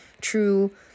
true